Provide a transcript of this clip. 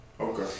Okay